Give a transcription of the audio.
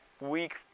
week